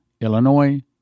Illinois